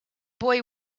boy